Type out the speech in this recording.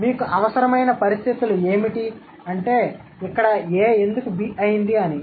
కాబట్టి మీకు అవసరమైన పరిస్థితులు ఏమిటి అంటే ఇక్కడ A ఎందుకు B అయింది అని